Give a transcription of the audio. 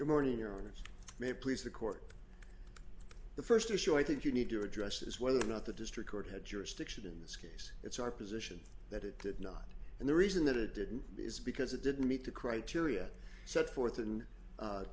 your morning your honour's may please the court the first issue i think you need to address is whether or not the district court had jurisdiction in this case it's our position that it did not and the reason that it didn't is because it didn't meet the criteria set forth